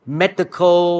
medical